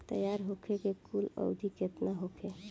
तैयार होखे के कुल अवधि केतना होखे?